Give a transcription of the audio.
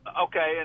Okay